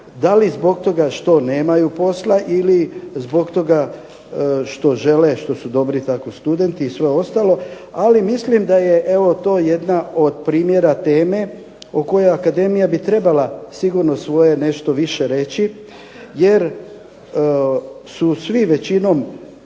Da li zbog toga što nemaju posla ili zbog toga što žele, što su dobri studenti i sve ostalo. Ali mislim da je to jedna od primjera teme o kojoj akademija bi trebala sigurno svoje nešto više reći jer su svi većinom